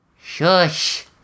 Shush